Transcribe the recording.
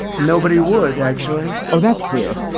nobody would, actually oh, that's clear.